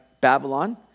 Babylon